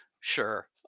Sure